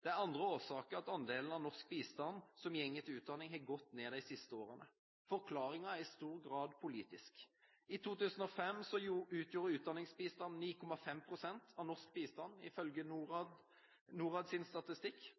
Det er andre årsaker til at andelen av norsk bistand som går til utdanning, har gått ned de siste årene. Forklaringen er i stor grad politisk. I 2005 utgjorde utdanningsbistanden 9,5 pst. av norsk bistand, ifølge NORADs statistikk. De aller siste tallene fra NORAD